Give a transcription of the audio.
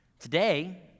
Today